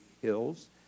hills